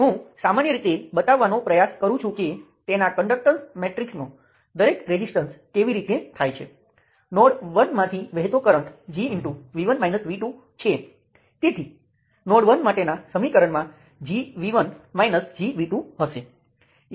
હવે planar circuits શું છે જ્યાં આપણે ફક્ત તેની સર્કિટ મૂકીએ છીએ જે કાગળ જેવા પ્લેન પર દોરી શકાય છે અથવા આ સ્પષ્ટ છે કે હું શાખાઓ ક્રોસ કર્યા વિના દોરું છું